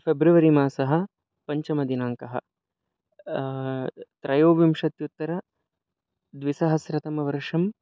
फ़ेब्रवरि मासः पञ्चमदिनाङ्कः त्रयोविंशत्युत्तरद्विसहस्रतमवर्षं